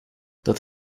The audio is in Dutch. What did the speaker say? dat